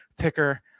ticker